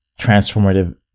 transformative